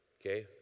Okay